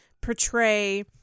portray